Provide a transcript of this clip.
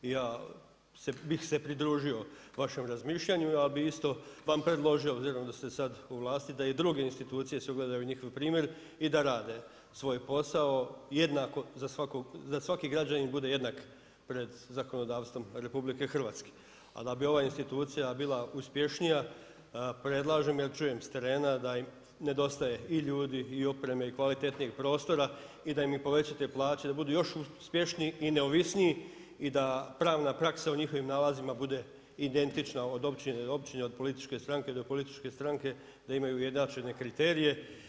I ja bih se pridružio vašem razmišljaju ali bi isto vam predložio, obzirom da ste sad u vlasti, da i druge institucije se ugledaju u njihov primjer i da rade svoj posao jednako za svakog, da svaki građanin bude jednak pred zakonodavstvom RH a da bi ova institucija bila uspješnija, predlažem jer čujem s terena da im nedostaje i ljudi i opreme i kvalitetnijeg prostora i da im povećate plaće i da budu još uspješniji i neovisniji i da pravna praksa u njihovim nalazima bude identična od općine do općine, od političke stranke do političke stranke, da imaju ujednačene kriterije.